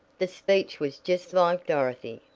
the speech was just like dorothy,